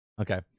Okay